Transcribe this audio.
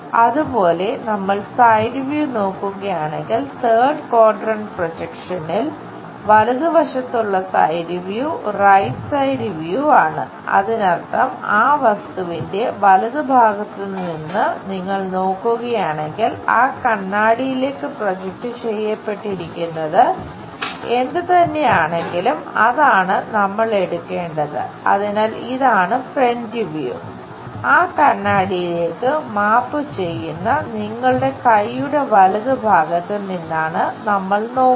അതുപോലെ നമ്മൾ side view ചെയ്യുന്ന നിങ്ങളുടെ കൈയുടെ വലതുഭാഗത്ത് നിന്നാണ് നമ്മൾ നോക്കുന്നത്